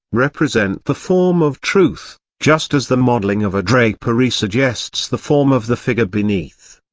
represent the form of truth, just as the modelling of a drapery suggests the form of the figure beneath.